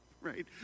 right